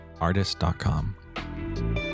artist.com